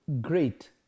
great